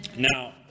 Now